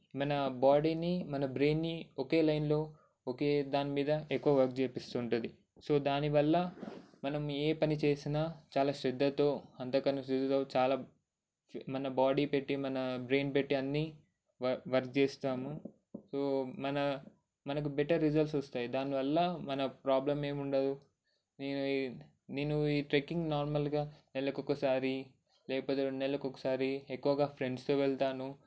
మన బాడీని మన బ్రెయిన్ ఒకే లైన్లో ఒకే దాని మీద ఎక్కువ వర్క్ చేపిస్తుంటుంది సో దానివల్ల మనం ఏ పని చేసినా చాలా శ్రద్ధతో అంతర్కన్నాశుద్ధితో చాలా మన బాడీ పెట్టి మన బ్రెయిన్ పెట్టి అన్ని వ వర్క్ చేస్తాము సో మన మనకు బెటర్ రిజల్ట్స్ వస్తాయి దానివల్ల మన ప్రాబ్లం ఏమి ఉండదు నేను ఈనేను ఈ ట్రెక్కింగ్ నార్మల్గా నెలకు ఒకసారి లేకపోతే రెండు నెలలకి ఒకసారి ఎక్కువగా ఫ్రెండ్స్తో వెళ్తాను